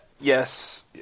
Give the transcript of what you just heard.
Yes